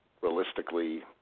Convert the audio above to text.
realistically